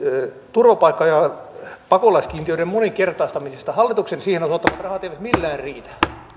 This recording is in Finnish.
turvapaikka ja pakolaiskiintiöiden moninkertaistamisesta hallituksen siihen osoittamat rahat eivät millään riitä